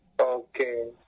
Okay